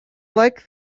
like